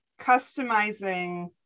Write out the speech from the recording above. customizing